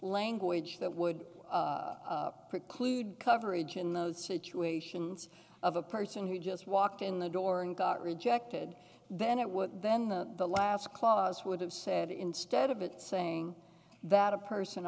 language that would preclude coverage in those situations of a person who just walked in the door and got rejected then it would then the last clause would have said instead of it saying that a person